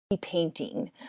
Painting